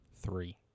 three